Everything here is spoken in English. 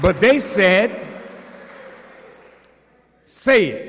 but they said say